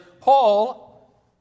Paul